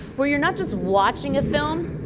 where you're not just watching a film,